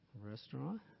Restaurant